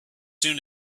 soon